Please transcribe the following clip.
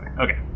Okay